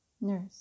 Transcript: nurse